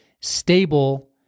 stable